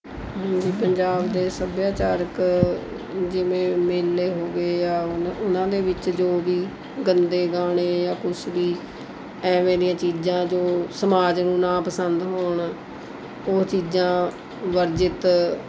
ਹਾਂਜੀ ਪੰਜਾਬ ਦੇ ਸੱਭਿਆਚਾਰਕ ਜਿਵੇਂ ਮੇਲੇ ਹੋ ਗਏ ਆ ਉਨ ਉਹਨਾਂ ਦੇ ਵਿੱਚ ਜੋ ਵੀ ਗੰਦੇ ਗਾਣੇ ਜਾਂ ਕੁਛ ਵੀ ਐਵੇਂ ਦੀਆਂ ਚੀਜਾਂ ਜੋ ਸਮਾਜ ਨੂੰ ਨਾ ਪਸੰਦ ਹੋਣ ਉਹ ਚੀਜ਼ਾਂ ਵਰਜਿਤ